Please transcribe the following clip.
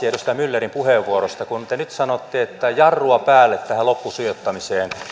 edustaja myllerin puheenvuoroista kun te nyt sanotte että jarrua päälle tähän loppusijoittamiseen